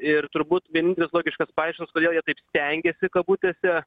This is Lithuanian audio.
ir turbūt vienintelis logiškas paaiškinimas kodėl jie taip stengėsi kabutėse